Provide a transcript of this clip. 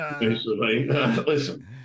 Listen